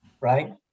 right